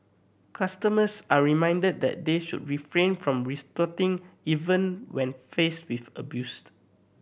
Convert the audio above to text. customers are reminded that they should refrain from retorting even when faced with abused